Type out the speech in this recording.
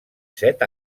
set